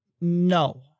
No